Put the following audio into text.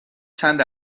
چند